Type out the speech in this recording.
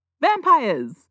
Vampires